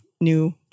new